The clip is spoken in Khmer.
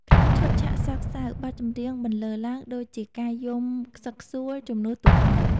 ក្នុងឈុតឆាកសោកសៅ បទចម្រៀងបន្លឺឡើងដូចជាការយំខ្សឹកខ្សួលជំនួសតួអង្គ។